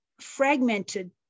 fragmented